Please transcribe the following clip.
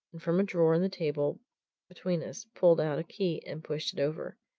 and from a drawer in the table between us pulled out a key and pushed it over.